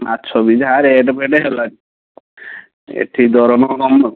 ମାଛ ବି ଯାହା ରେଟ୍ ଫେଟ୍ ହେଲାଣି ଏଇଠି ଦରମା କମ